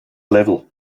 level